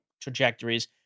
trajectories